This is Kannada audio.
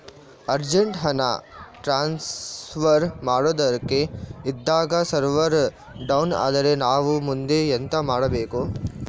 ಅರ್ಜೆಂಟ್ ಹಣ ಟ್ರಾನ್ಸ್ಫರ್ ಮಾಡೋದಕ್ಕೆ ಇದ್ದಾಗ ಸರ್ವರ್ ಡೌನ್ ಆದರೆ ನಾವು ಮುಂದೆ ಎಂತ ಮಾಡಬೇಕು?